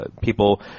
people